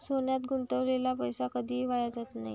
सोन्यात गुंतवलेला पैसा कधीही वाया जात नाही